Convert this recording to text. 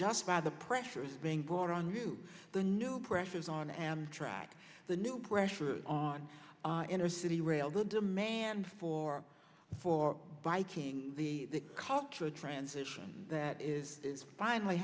just by the pressures being brought on new the new pressures on amtrak the new pressure on inner city rail the demand for for biking the cultural transition that is is finally